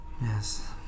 Yes